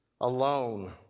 alone